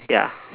ya